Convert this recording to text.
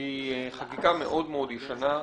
היא חקיקה מאוד מאוד ישנה,